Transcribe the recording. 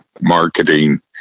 marketing